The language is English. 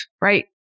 Right